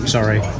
Sorry